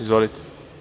Izvolite.